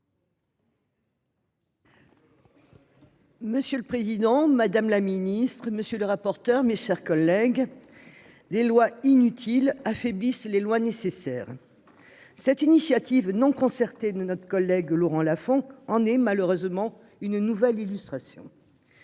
Monsieur le président, madame la ministre, mes chers collègues, « les lois inutiles affaiblissent les lois nécessaires ». Cette initiative non concertée de notre collègue Laurent Lafon en est, malheureusement, une nouvelle illustration.